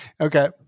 Okay